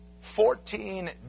Fourteen